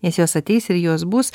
nes jos ateis ir jos bus